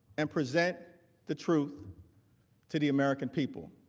and present the truth to the american people.